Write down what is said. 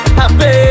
happy